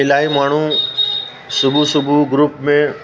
इलाही माण्हू सुबुह सुबुह ग्रुप में